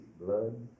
blood